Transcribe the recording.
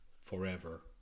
forever